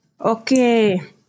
Okay